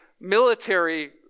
military